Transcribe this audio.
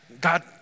God